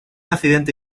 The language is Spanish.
accidente